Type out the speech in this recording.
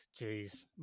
Jeez